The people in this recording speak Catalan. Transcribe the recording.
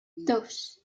dos